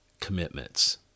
commitments